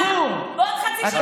בעוד חצי שנה,